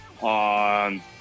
on